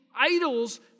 idols